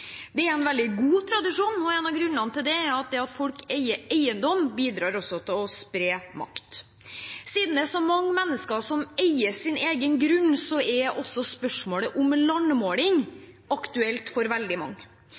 Det er en veldig god tradisjon, og en av grunnene til det er at når folk eier eiendom, bidrar det til å spre makt. Siden det er så mange mennesker som eier sin egen grunn, er også spørsmålet om landmåling aktuelt for veldig mange.